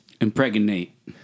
Impregnate